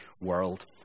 world